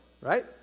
right